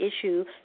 Issue